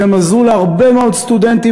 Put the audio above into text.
שהם עזרו להרבה מאוד סטודנטים,